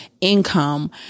income